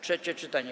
Trzecie czytanie.